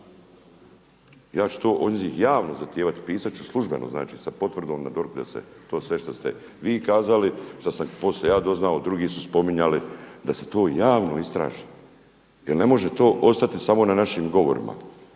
Ja ću to od njih javno zahtijevati, pisat ću službeno sa potvrdom … to sve što ste vi kazali, što sam poslije ja doznao i drugi su spominjali da se to javno istraži jel ne može to ostati samo na našim govorima.